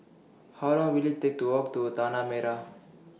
How Long Will IT Take to Walk to Tanah Merah